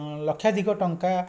ଲକ୍ଷାଧିକ ଟଙ୍କା